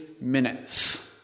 minutes